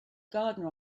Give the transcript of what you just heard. gardener